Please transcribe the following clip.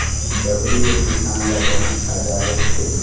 डबरी ले किसान ल बहुत फायदा रहिथे